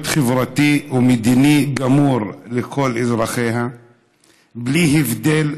חברתי ומדיני גמור לכל אזרחיה בלי הבדל,